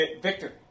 Victor